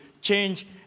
change